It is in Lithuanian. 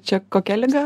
čia kokia liga